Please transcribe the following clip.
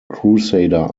crusader